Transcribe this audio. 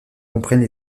comprenne